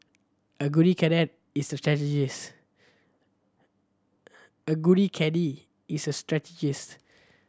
a good is a a good caddie is a strategist